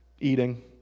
Eating